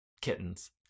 Kittens